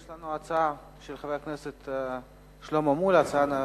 יש לנו הצעה של חבר הכנסת שלמה מולה, הצעה נוספת.